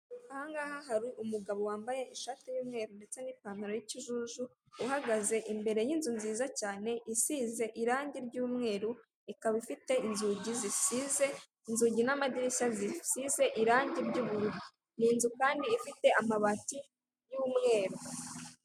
Ahangaha hari umugabo wambaye ishati y'umweru ndetse n'ipantaro y'ikijuju uhagaze imbere y'inzu nziza cyane isize irangi ry'umweru, ikaba ifite inzugi zisize, inzugi n'amadirishya zisize irangi ry'ubururu. Ni inzu kandi ifite amabati y'umweru.